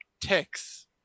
ticks